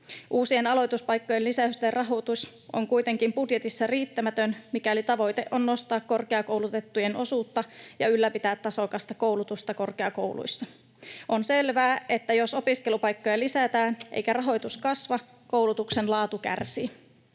Uusien aloituspaikkojen lisäysten rahoitus on kuitenkin budjetissa riittämätön, mikäli tavoite on nostaa korkeakoulutettujen osuutta ja ylläpitää tasokasta koulutusta korkeakouluissa. On selvää, että jos opiskelupaikkoja lisätään eikä rahoitus kasva, koulutuksen laatu kärsii.